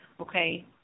Okay